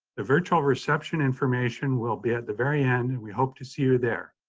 the virtual reception information will be at the very end, and we hope to see you there.